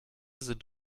sind